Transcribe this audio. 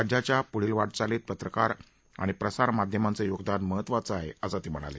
राज्याच्या पुढील वाटचालीत पत्रकार आणि प्रसार माध्यमांचं योगदान महत्त्वाचं आहे असं ते म्हणाले